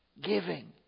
Giving